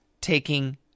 taking